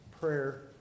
Prayer